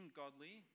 godly